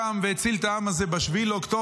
קם והציל את העם הזה ב-7 באוקטובר,